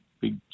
big